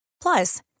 Plus